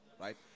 right